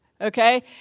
Okay